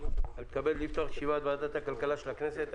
אני מתכבד לפתוח את ישיבת ועדת הכלכלה של הכנסת.